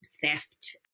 theft